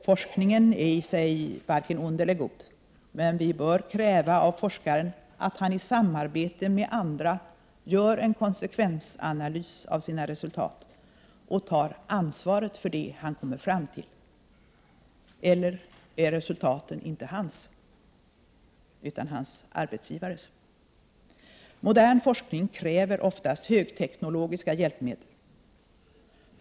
Forskningen är i sig varken ond eller god, men vi bör kräva av forskaren att han i samarbete med andra gör en konsekvensanalys av sina resultat och tar ansvaret för det han kommer fram till. Eller är resultaten inte hans utan hans arbetsgivare? Modern forskning kräver oftast högteknologiska hjälpmedel.